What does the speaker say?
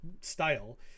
style